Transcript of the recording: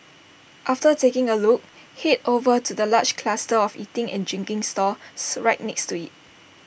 after taking A look Head over to the large cluster of eating and drinking stalls right next to IT